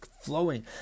flowing